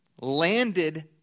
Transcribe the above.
landed